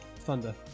thunder